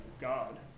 God